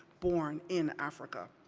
born in africa.